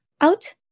out